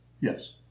Yes